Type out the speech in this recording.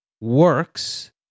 works